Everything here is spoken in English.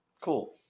Cool